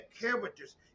characters